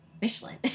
Michelin